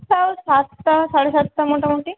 তাও সাতটা সাড়ে সাতটা মোটামুটি